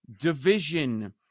division